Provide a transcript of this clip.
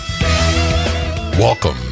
Welcome